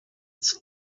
its